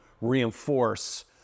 reinforce